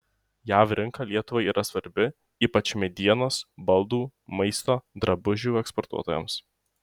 jav rinka lietuvai yra svarbi ypač medienos baldų maisto drabužių eksportuotojams